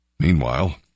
Meanwhile